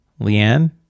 leanne